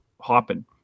hopping